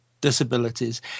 disabilities